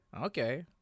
Okay